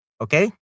Okay